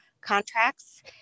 contracts